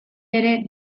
ere